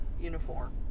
uniform